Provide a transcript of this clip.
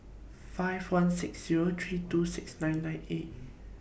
five one six Zero three two six nine nine eight